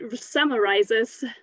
summarizes